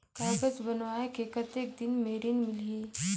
कागज बनवाय के कतेक दिन मे ऋण मिलही?